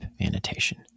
annotation